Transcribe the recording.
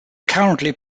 currently